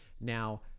now